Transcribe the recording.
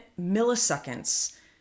milliseconds